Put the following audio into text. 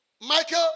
Michael